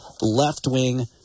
left-wing